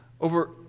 over